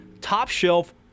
top-shelf